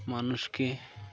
মানুষকে